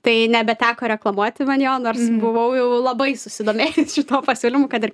tai nebeteko reklamuoti man jo nors buvau jau labai susidomė šituo pasiūlymu kad ir